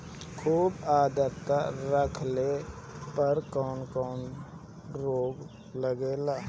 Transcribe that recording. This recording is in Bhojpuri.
खुब आद्रता रहले पर कौन कौन रोग लागेला?